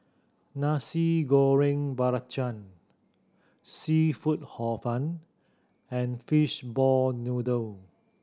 Nasi Goreng Belacan seafood Hor Fun and fishball noodle